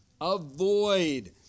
Avoid